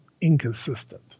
inconsistent